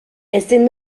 ezin